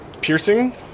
piercing